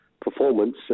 performance